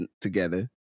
together